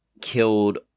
killed